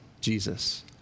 Jesus